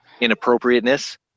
inappropriateness